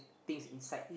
things inside